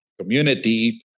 Community